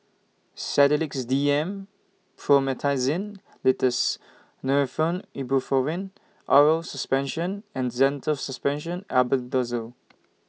Sedilix D M Promethazine Linctus Nurofen Ibuprofen Oral Suspension and Zental Suspension Albendazole